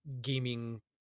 gaming